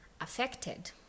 affected